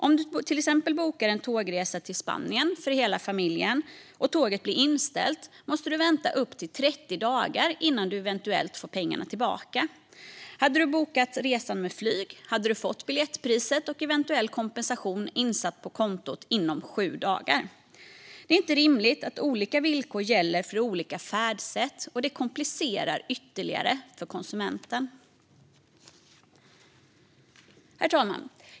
Om du till exempel bokar en tågresa till Spanien för hela familjen och tåget blir inställt måste du vänta upp till 30 dagar innan du eventuellt får pengarna tillbaka. Hade du bokat resan med flyg hade du fått biljettpriset och eventuell kompensation insatt på kontot inom 7 dagar. Det är inte rimligt att olika villkor gäller för olika färdsätt. Det komplicerar ytterligare för konsumenten. Herr talman!